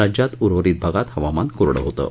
राज्यात उर्वरित भागात हवामान कोरडं होतं